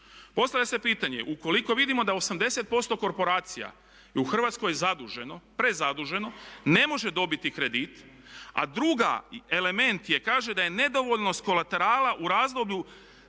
Postavlja se pitanje ukoliko vidimo da 80% korporacija je u Hrvatskoj zaduženo, prezaduženo, ne može dobiti kredit, a drugi element je kaže da je nedovoljnost kolaterala u razdoblju,